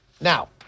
Now